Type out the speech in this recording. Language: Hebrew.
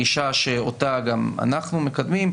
הגישה שאותה גם אנחנו מקדמים,